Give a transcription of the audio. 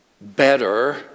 better